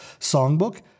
songbook